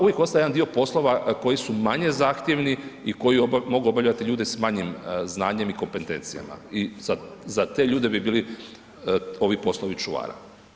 Uvijek ostaje jedan dio poslova koji su manje zahtjevni i koji mogu obavljati ljudi s manjim znanjem i kompetencijama i za te ljude bi bili ovi poslovi čuvara.